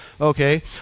Okay